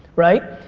right?